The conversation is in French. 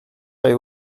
avait